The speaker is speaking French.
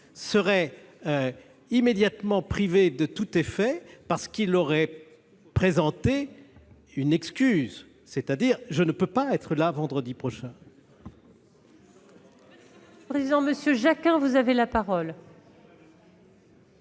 serait immédiatement privé de tout effet parce qu'il aurait présenté une excuse, c'est-à-dire je ne peux pas être là vendredi prochain. Président Monsieur Jacquin, vous avez la parole.